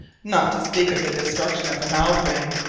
not to speak of the destruction of the halbrane,